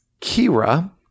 Kira